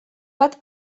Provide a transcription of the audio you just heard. bat